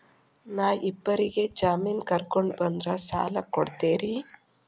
ನಾ ಇಬ್ಬರಿಗೆ ಜಾಮಿನ್ ಕರ್ಕೊಂಡ್ ಬಂದ್ರ ಸಾಲ ಕೊಡ್ತೇರಿ?